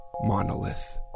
Monolith